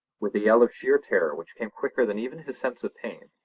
with a yell of sheer terror which came quicker than even his sense of pain,